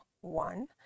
one